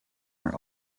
are